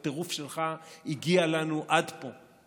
הטירוף שלך הגיע לנו עד פה.